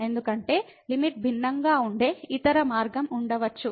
ఎందుకంటే లిమిట్ భిన్నంగా ఉండే ఇతర మార్గం ఉండవచ్చు